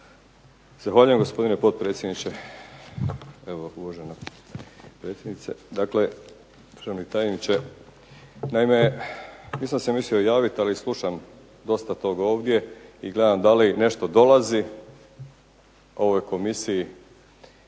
Zahvaljujem, gospodine potpredsjedniče. Uvažena predsjednica, državni tajniče. Naime, nisam se mislio javit ali slušam dosta tog ovdje i gledam da li nešto dolazi ovoj komisiji,